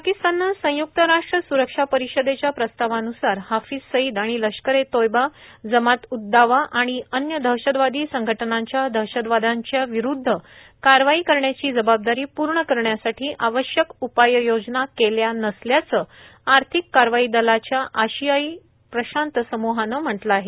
पाकिस्ताननं संयुक्त राष्ट्र सुरक्षा परिषदेच्या प्रस्तावानुसार हाफिज सईद आणि लष्कर ए तोयबा जमात उद्द्दावा आणि अव्य दहशतवादी संघटनांच्या दहशतवाद्यांच्या विरूद्ध कारवाई करण्याची जबाबदारी पूर्ण करण्यासाठी आवश्यक उपाययोजना केल्या नसल्याचं आर्थिक कारवाई दलाच्या आशिया प्रशांत समूहानं म्हटलं आहे